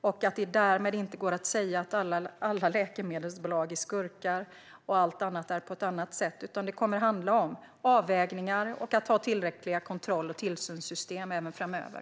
Därmed går det inte att säga att alla läkemedelsbolag är skurkar och att allt annat är på ett annat sätt, utan det kommer att handla om avvägningar och att ha tillräckliga kontroll och tillsynssystem även framöver.